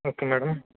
okay madam